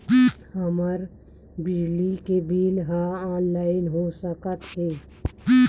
हमर बिजली के बिल ह ऑनलाइन हो सकत हे?